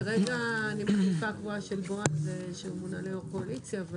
כרגע אני המחליפה הקבועה של בועז שמונה ליושב-ראש הקואליציה.